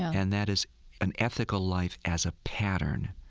and that is an ethical life as a pattern.